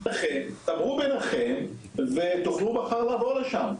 "לכן, דברו ביניכם, ותוכלו לעבור לשם מחר".